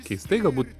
keistai galbūt